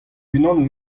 unan